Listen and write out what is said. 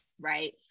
right